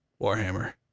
warhammer